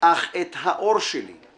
אך את האור שלי /